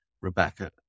Rebecca